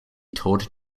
taught